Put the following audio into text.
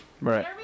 right